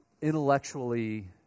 intellectually